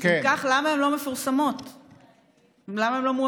אם כך, למה הן לא מפורסמות?